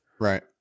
right